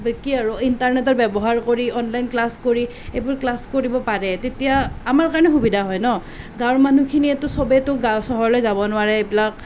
মানে কি আৰু ইণ্টাৰনেটৰ ব্যৱহাৰ কৰি অনলাইন ক্লাছ কৰি এইবোৰ ক্লাছ কৰিব পাৰে তেতিয়া আমাৰ কাৰণে সুবিধা হয় ন' গাঁৱৰ মানুহখিনিয়েতো সবেতো চহৰলৈ যাব নোৱাৰে এইবিলাক